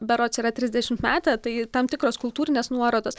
berods yra trisdešimtmetė tai tam tikros kultūrinės nuorodos